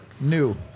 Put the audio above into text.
New